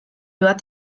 bat